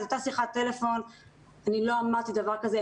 באותה שיחת טלפון אני לא אמרתי דבר כזה,